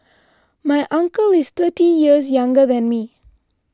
my uncle is thirty years younger than me